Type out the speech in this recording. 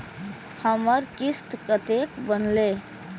हमर किस्त कतैक बनले?